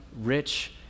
rich